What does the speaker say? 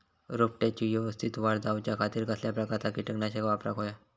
रोपट्याची यवस्तित वाढ जाऊच्या खातीर कसल्या प्रकारचा किटकनाशक वापराक होया?